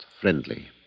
friendly